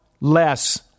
less